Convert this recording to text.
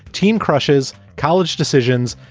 teen crushes, college decisions,